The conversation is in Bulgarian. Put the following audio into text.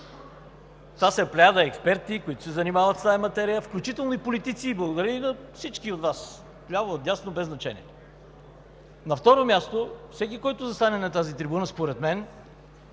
Това са плеяда експерти, които се занимават с тази материя, включително и политици. Благодаря и на всички Вас – отляво, отдясно, без значение. На второ място, всеки, който застане на тази трибуна, според мен